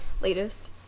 latest